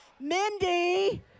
Mindy